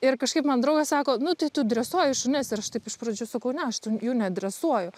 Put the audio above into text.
ir kažkaip man draugas sako nu tai tu dresuoji šunis ir aš taip iš pradžių sakau ne aš tu jų nedresuoju